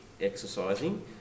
exercising